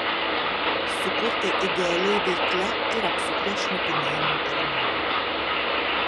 sukurta idealiai veiklia ir apsukria šnipinėjimo tarnyba